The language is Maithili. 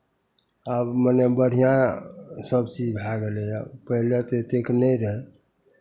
आब मानि लिअ बढ़िआँ सभचीज भए गेलैए पहिले तऽ एतेक नहि रहै